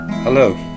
Hello